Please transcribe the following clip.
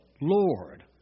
Lord